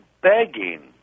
begging